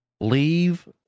leave